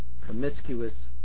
promiscuous